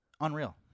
unreal